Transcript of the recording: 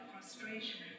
frustration